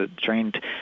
trained